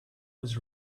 was